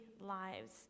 lives